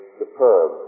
superb